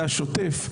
זה השוטף.